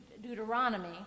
Deuteronomy